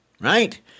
right